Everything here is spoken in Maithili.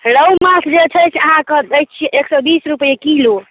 रोहु माँछ जे छै से अहाँके दै छियै एक सए बीस रूपैए किलो